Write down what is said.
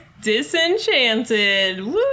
disenchanted